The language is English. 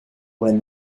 when